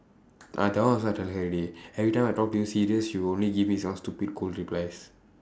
ah that one also I tell her already every time I talk to you serious she will only give me some stupid cold replies